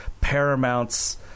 Paramount's